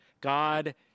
God